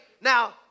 now